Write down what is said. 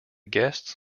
guests